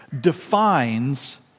defines